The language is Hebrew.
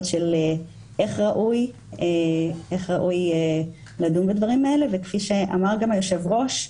של איך ראוי לדון בדברים האלה וכפי שגם אמר כבוד היושב ראש,